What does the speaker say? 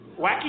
Wacky